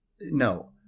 No